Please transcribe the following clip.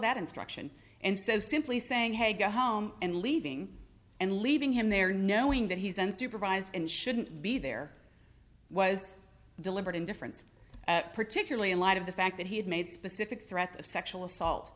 that instruction and so simply saying hey go home and leaving and leaving him there knowing that he's unsupervised and shouldn't be there was deliberate indifference particularly in light of the fact that he had made specific threats of sexual assault